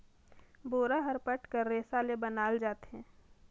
बोरा हर पट कर रेसा ले बनाल जाथे